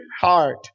heart